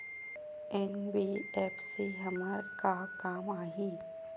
NBFC हमर का काम आही?